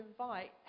invite